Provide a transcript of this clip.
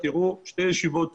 ותראו שתי ישיבות זום,